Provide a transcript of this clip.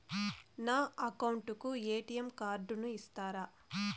నా అకౌంట్ కు ఎ.టి.ఎం కార్డును ఇస్తారా